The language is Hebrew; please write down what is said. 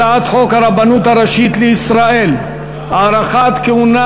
הצעת חוק הרבנות הראשית לישראל (הארכת כהונה